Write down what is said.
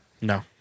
No